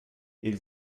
ils